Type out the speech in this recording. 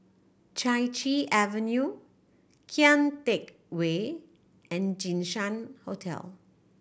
Chai Chee Avenue Kian Teck Way and Jinshan Hotel